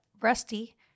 Rusty